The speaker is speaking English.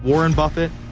warren buffett,